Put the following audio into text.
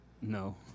No